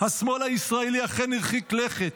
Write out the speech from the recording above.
"השמאל הישראלי אכן הרחיק לכת.